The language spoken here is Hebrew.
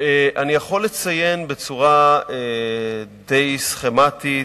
אני יכול לציין בצורה די סכמטית,